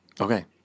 Okay